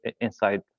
inside